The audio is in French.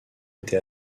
été